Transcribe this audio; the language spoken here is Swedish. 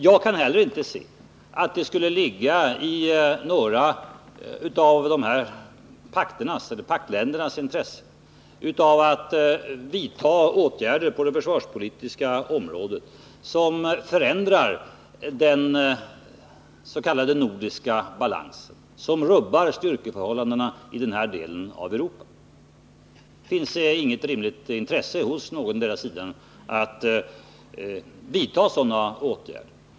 Jag kan inte se att det skulle ligga i något av de här paktländernas intresse att vidta åtgärder på det försvarspolitiska området som skulle förändra den s.k. nordiska balansen och därmed rubba styrkeförhållandena i den här delen av Europa. Det finns rimligen inte något intresse hos någondera sidan att vidta sådana åtgärder.